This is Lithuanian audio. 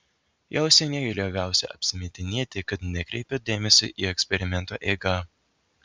jau seniai lioviausi apsimetinėti kad nekreipiu dėmesio į eksperimentų eigą